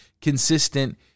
consistent